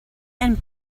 and